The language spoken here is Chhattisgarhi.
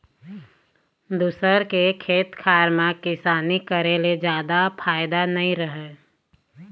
दूसर के खेत खार म किसानी करे ले जादा फायदा नइ रहय